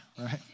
right